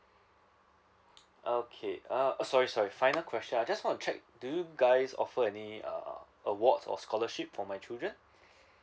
okay uh sorry sorry final question I just want to check do you guys offer any uh awards or scholarship for my children